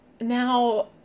now